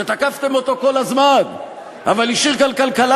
שתקפתם אותו כל הזמן אבל הוא השאיר כאן כלכלה